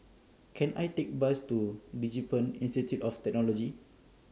Can I Take Bus to Digipen Institute of Technology